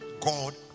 God